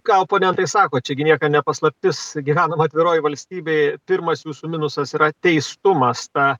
ką oponentai sako čia gi niekam ne paslaptis gyvenam atviroj valstybėj pirmas jūsų minusas yra teistumas ta